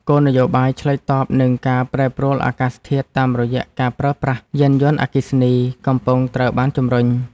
គោលនយោបាយឆ្លើយតបនឹងការប្រែប្រួលអាកាសធាតុតាមរយៈការប្រើប្រាស់យានយន្តអគ្គិសនីកំពុងត្រូវបានជំរុញ។